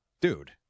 Dude